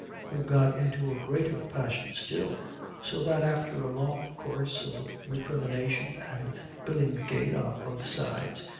who got into a greater passion still so that, after a long course of recrimination and billinsgate on both sides,